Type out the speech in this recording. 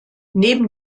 neben